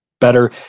better